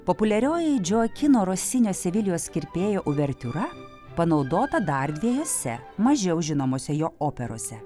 populiarioji džoakino rosinio sevelijos kirpėjo uvertiūra panaudota dar dviejose mažiau žinomuose jo operose